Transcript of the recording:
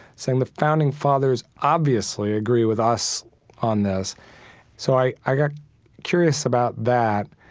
saying the founding fathers obviously agree with us on this so, i i got curious about that.